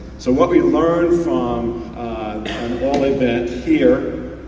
so, what we learned from an oil event here,